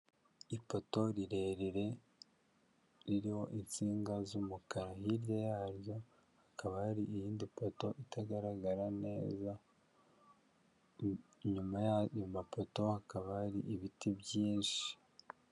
Ipoto rirerire ririho insinga z'umukara, hirya yaryo hakaba hari iyindi poto itagaragara neza, inyuma y'ayo mapoto hakaba hari ibiti byinshi.